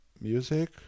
music